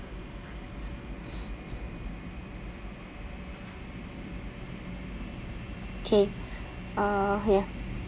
kay uh ya